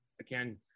Again